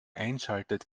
einschaltet